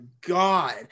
god